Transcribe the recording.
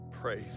praise